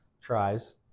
tries